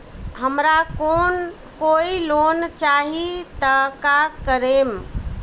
हमरा कोई लोन चाही त का करेम?